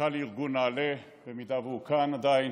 מנכ"ל ארגון נעל"ה, אם הוא כאן עדיין